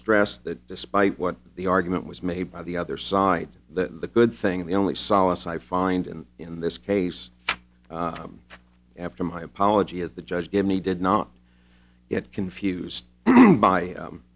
stress that despite what the argument was made by the other side that the good thing the only solace i find and in this case after my apology is the judge gave me did not get confused by